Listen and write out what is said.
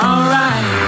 Alright